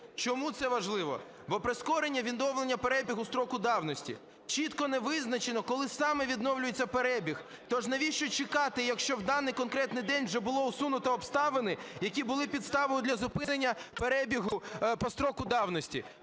Чому це важливо? Бо прискорення відновлення перебігу строку давності, чітко не визначено, коли саме відновлюється перебіг. Тож навіщо чекати, якщо в даний, конкретний день вже було усунуто обставини, які були підставою для зупинення перебігу по строку давності?